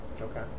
Okay